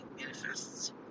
manifests